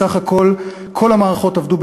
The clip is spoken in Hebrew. בסך הכול כל המערכות עבדו,